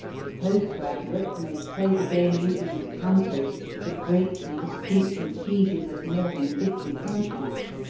the postgraduate may play the game using as counters the great and distinctive cheeses of more than fifty countries.